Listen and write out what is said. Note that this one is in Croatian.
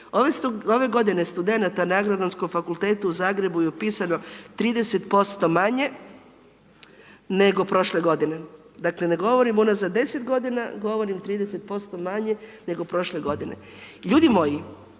Ove godine studenata na Agronomskom fakultetu u Zagrebu je upisano 30% manje nego prošle godine, dakle ne govorim unazad 10 g., govorim 30% manje nego prošle godine. Ljudi moji,